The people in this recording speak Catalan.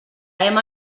hem